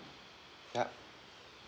yup